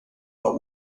war